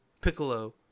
Piccolo